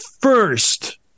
first